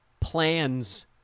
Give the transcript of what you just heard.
plans